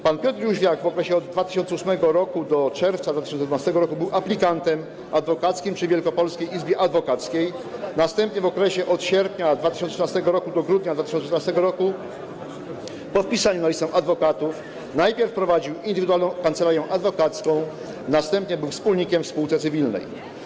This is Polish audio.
Pan Piotr Jóźwiak w okresie od 2008 r. do czerwca 2012 r. był aplikantem adwokackim przy Wielkopolskiej Izbie Adwokackiej, następnie w okresie od sierpnia 2013 r. do grudnia 2014 r., po wpisaniu na listę adwokatów, najpierw prowadził Indywidualną Kancelarię Adwokacką, następnie był wspólnikiem w spółce cywilnej.